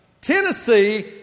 Tennessee